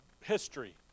history